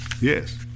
Yes